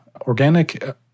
organic